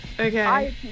Okay